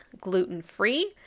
gluten-free